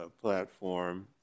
platform